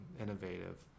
innovative